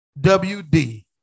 WD